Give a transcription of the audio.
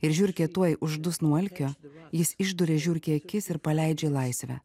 ir žiurkė tuoj uždus nuo alkio jis išduria žiurkė akis ir paleidžia į laisvę